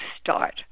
start